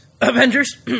Avengers